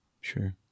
Sure